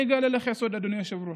אני אגלה לך סוד, אדוני היושב-ראש: